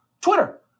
Twitter